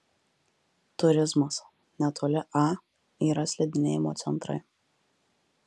turizmas netoli a yra slidinėjimo centrai